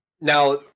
Now